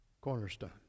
cornerstone